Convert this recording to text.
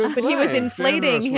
but he was inflating. yeah